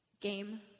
Game